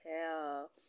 hell